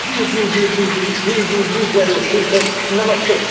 जी जी जी जी जी जी जी जरूर ठीक है नमस्ते